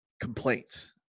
complaints